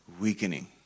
weakening